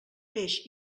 peix